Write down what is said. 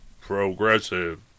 Progressive